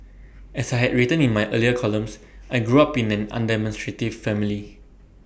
as I had written in my earlier columns I grew up in an undemonstrative family